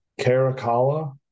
Caracalla